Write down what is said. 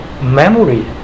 memory